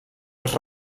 als